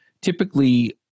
typically